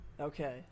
Okay